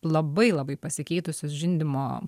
labai labai pasikeitusios žindymo